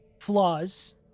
flaws